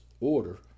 order